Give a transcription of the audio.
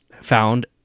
found